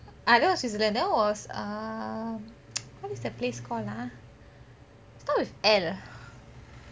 ah that was switzerland that was uh what is that place called ah start with L